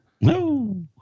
No